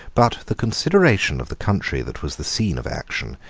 but the consideration of the country that was the scene of action,